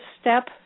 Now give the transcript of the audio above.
step